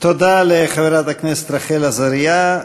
תודה לחברת הכנסת רחל עזריה.